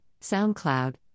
SoundCloud